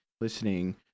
listening